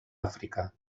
àfrica